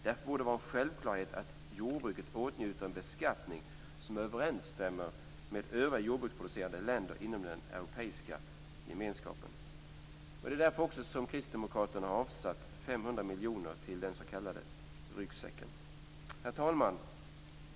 Därför borde det vara en självklarhet att jordbruket åtnjuter en beskattning som överensstämmer med övriga jordbruksproducerande länder inom den europeiska gemenskapen. Det är också därför som kristdemokraterna har avsatt 500 Herr talman!